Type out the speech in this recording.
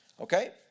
Okay